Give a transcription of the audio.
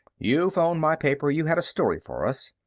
you phoned my paper you had a story for us.